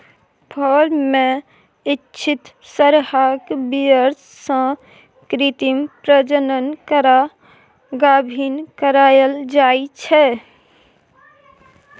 firm मे इच्छित सरहाक बीर्य सँ कृत्रिम प्रजनन करा गाभिन कराएल जाइ छै